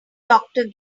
doctor